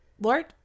Lord